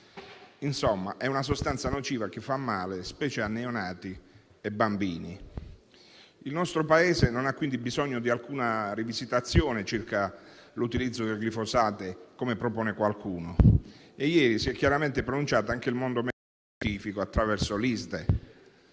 tratta di una sostanza nociva che fa male, specie a neonati e bambini. Il nostro Paese non ha quindi bisogno di alcuna rivisitazione circa l'utilizzo del glifosato, come propone qualcuno. Ieri si è chiaramente pronunciato anche il mondo medico-scientifico attraverso